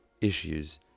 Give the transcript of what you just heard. issues